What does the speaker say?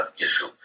issue